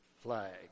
Flag